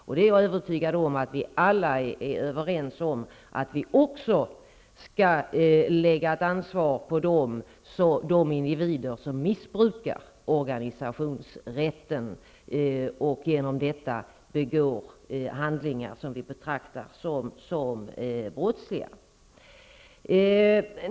Jag är övertygad om att vi alla är överens om att vi också skall lägga ett ansvar på de individer som missbrukar organisationsrätten och genom detta begår handlingar som vi betraktar som brottsliga.